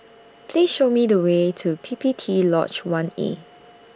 Please Show Me The Way to P P T Lodge one A